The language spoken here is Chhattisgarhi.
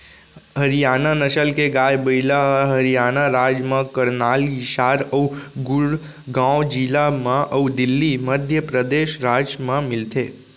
हरियाना नसल के गाय, बइला ह हरियाना राज म करनाल, हिसार अउ गुड़गॉँव जिला म अउ दिल्ली, मध्य परदेस राज म मिलथे